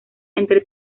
entre